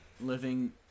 living